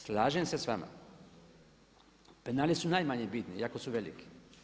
Slažem se s vama, penali su najmanje bitni iako su veliki.